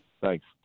Thanks